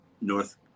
North